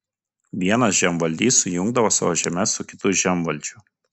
vienas žemvaldys sujungdavo savo žemes su kitu žemvaldžiu